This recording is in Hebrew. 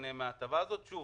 שוב,